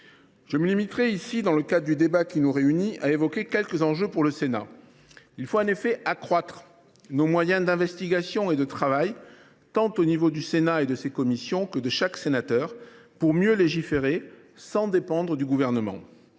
Je me limiterai ici, dans le cadre du débat qui nous réunit, à évoquer quelques enjeux pour le Sénat. Il convient en effet d’accroître nos moyens d’investigation et de travail, aussi bien ceux du Sénat et de ses commissions que ceux de chaque sénateur, afin que nous puissions mieux légiférer, sans dépendre du Gouvernement.